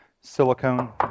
silicone